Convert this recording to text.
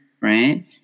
right